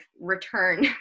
return